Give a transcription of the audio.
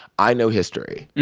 i know history,